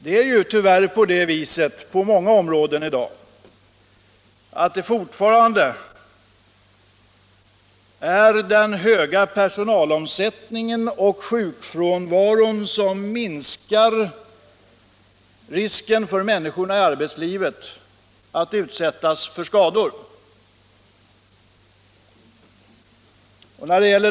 Det är tyvärr på många områden fortfarande den höga personalomsättningen och sjukfrånvaron som minskar risken för människorna i arbetslivet att utsättas för skador.